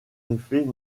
effets